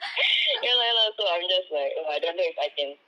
ya lah ya lah so I'm just like oh I don't know if I can